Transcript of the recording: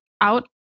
out